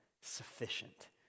sufficient